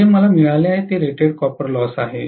जे मला मिळाले आहे ते रेटेड कॉपर लॉस आहे